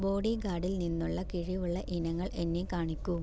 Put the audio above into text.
ബോഡിഗാർഡിൽ നിന്നുള്ള കിഴിവുള്ള ഇനങ്ങൾ എന്നെ കാണിക്കൂ